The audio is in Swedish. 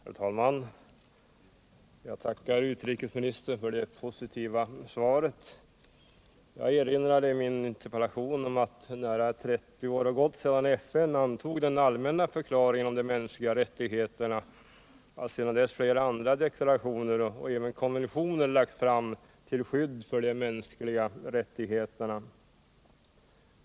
Herr talman! Jag tackar utrikesministern för det positiva svaret. Jag erinrade i min interpellation om att nära 30 år har gått sedan FN antog den allmänna förklaringen om de mänskliga rättigheterna och att sedan dess flera andra deklarationer och även konventioner har lagts fram till skydd för de mänskliga rättigheterna.